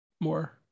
more